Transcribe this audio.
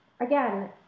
Again